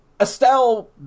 Estelle